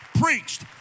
preached